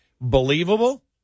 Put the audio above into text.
Believable